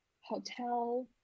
hotel